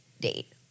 date